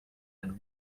and